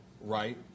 Right